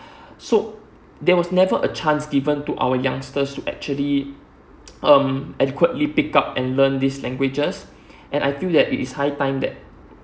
so there was never a chance given to our youngster to actually um adequately pick up and learn this languages and I feel it is high time that